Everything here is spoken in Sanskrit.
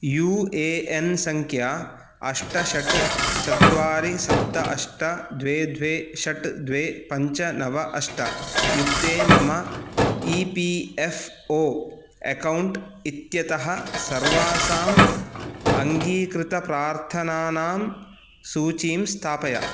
यू ए एन् सङ्ख्या अष्ट षट् चत्वारि सप्त अष्ट द्वे द्वे षट् द्वे पञ्च नव अष्ट युक्ते मम E P F O account इत्यतः सर्वासां अङ्गीकृतप्रार्थनानां सूचीं स्थापय